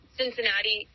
Cincinnati